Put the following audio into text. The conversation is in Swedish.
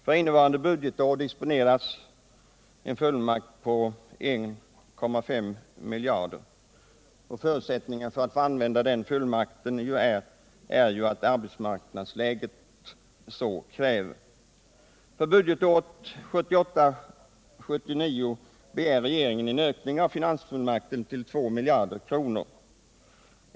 För innevarande budgetår disponeras en fullmakt på 1,5 miljarder kronor. Förutsättningen för att få använda denna fullmakt är ju att arbetsmarknadsläget så kräver. För budgetåret 1978/79 begär regeringen en ökning av finansfullmakten till 2 miljarder kronor.